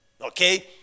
Okay